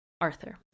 Arthur